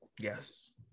Yes